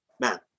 Man